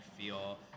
feel